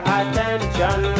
attention